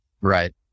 Right